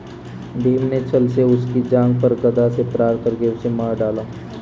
भीम ने छ्ल से उसकी जांघ पर गदा से प्रहार करके उसे मार डाला